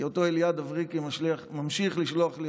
כי אותו אליעד אברקי ממשיך לשלוח לי